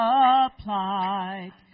applied